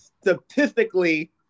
statistically